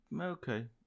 okay